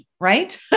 right